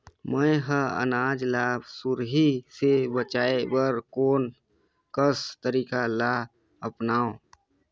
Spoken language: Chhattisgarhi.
मैं ह अनाज ला सुरही से बचाये बर कोन कस तरीका ला अपनाव?